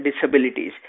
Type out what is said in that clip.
disabilities